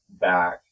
back